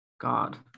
God